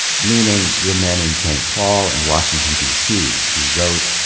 meaning the men in saint paul and washington, dc, who wrote,